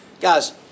guys